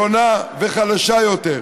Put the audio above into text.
שונה וחלשה יותר.